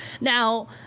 Now